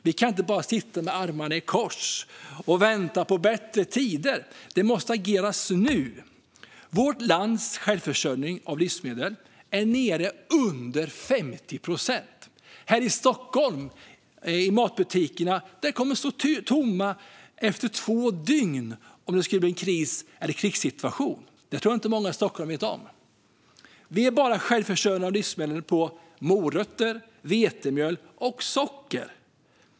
Vi kan inte bara sitta med armarna i kors och vänta på bättre tider. Vi måste agera nu. Vårt lands självförsörjning vad gäller livsmedel är nere på under 50 procent. Matbutikerna här i Stockholm kommer att stå tomma efter två dygn om en kris eller krigssituation skulle uppstå. Jag tror inte att många i Stockholm vet om det. Vi är bara självförsörjande när det gäller livsmedel som morötter, vetemjöl och socker.